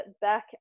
back